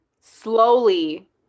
slowly